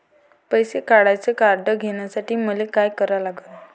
पैसा काढ्याचं कार्ड घेण्यासाठी मले काय करा लागन?